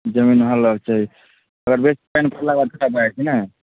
जमीन हाल रहयके चाही अगर बेसी पानि पड़लाके बाद खराब भऽ जाइ छै नहि